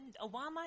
Obama